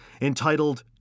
entitled